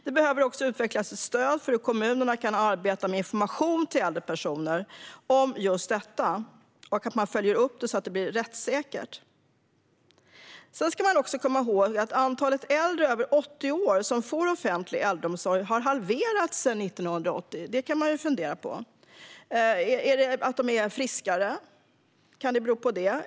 Det behöver också utvecklas ett stöd för kommunernas arbete med information till äldre personer om just detta. Det måste också följas upp så att det blir rättssäkert. Man ska också komma ihåg att antalet äldre över 80 år som får offentlig äldreomsorg har halverats sedan 1980 - det kan man fundera på. Kan det bero på att de är friskare?